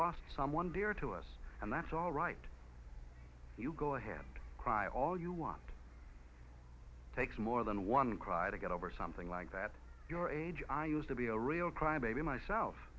lost someone dear to us and that's all right you go ahead and cry all you want takes more than one cry to get over something like that your age i used to be a real crybaby myself